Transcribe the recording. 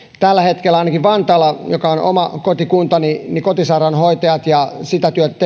tällä hetkellä ainakin vantaalla joka on oma kotikuntani kotisairaanhoitajat ja sitä työtä